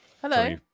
Hello